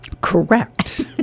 Correct